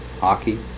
hockey